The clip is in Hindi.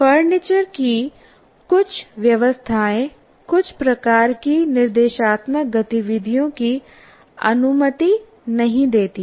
फर्नीचर की कुछ व्यवस्थाएँ कुछ प्रकार की निर्देशात्मक गतिविधियों की अनुमति नहीं देती हैं